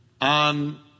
on